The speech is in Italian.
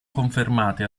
confermate